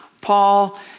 Paul